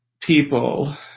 people